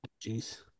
Jeez